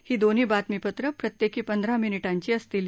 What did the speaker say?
ही दोन्ही बातमीपत्र प्रत्येकी पंधरा मिनिटांची असतील